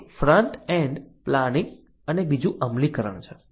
એક front end planning અને બીજું અમલીકરણ છે